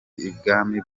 ibwami